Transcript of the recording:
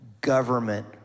government